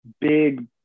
big